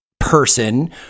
person